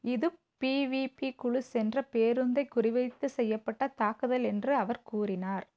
இது பீவீபி குழு சென்ற பேருந்தை குறி வைத்து செய்யப்பட்ட தாக்குதல் என்று அவர் கூறினார்